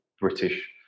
british